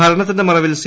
ഭരണത്തിന്റെ മറവിൽ സി